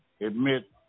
admit